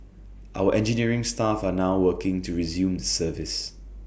our engineering staff are now working to resume the service